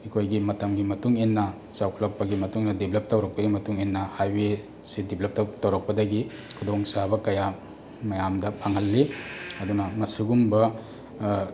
ꯑꯩꯈꯣꯏꯒꯤ ꯃꯇꯝꯒꯤ ꯃꯇꯨꯡꯏꯟꯅ ꯆꯥꯎꯈꯠꯂꯛꯄꯒꯤ ꯃꯇꯨꯡ ꯏꯟꯅ ꯗꯦꯚꯦꯂꯞ ꯇꯧꯔꯛꯄꯒꯤ ꯃꯇꯨꯡ ꯏꯟꯅ ꯍꯥꯎꯋꯦ ꯁꯤ ꯗꯦꯚꯦꯂꯞ ꯇꯧꯔꯛꯄꯗꯒꯤ ꯈꯨꯗꯣꯡꯆꯥꯕ ꯀꯌꯥ ꯃꯌꯥꯝꯗ ꯐꯪꯍꯜꯂꯤ ꯑꯗꯨꯅ ꯃꯁꯤꯒꯨꯝꯕ